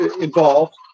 involved